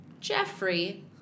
Jeffrey